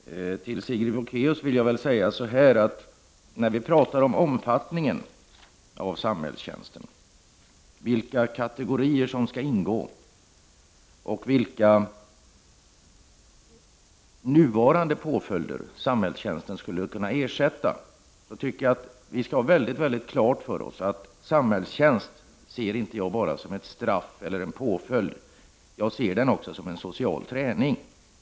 Herr talman! Till Sigrid Bolkéus vill jag säga följande. När vi talar om omfattningen av samhällstjänsten, vilka kategorier som skall ingå och vilka nuvarande påföljder samhällstjänsten skulle kunna ersätta, skall vi ha klart för oss att samhällstjänst inte bara är ett straff eller en påföljd. Jag ser samhällstjänst också som en social träning.